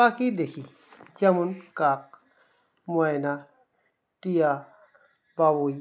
পাখি দেখি যেমন কাক ময়না টিয়া বাবুই